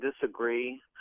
disagree